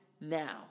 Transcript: now